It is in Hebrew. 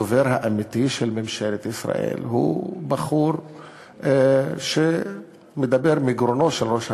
הדובר האמיתי של ממשלת ישראל הוא בחור שמדבר מגרונו של ראש הממשלה,